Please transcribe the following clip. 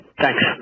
thanks